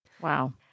Wow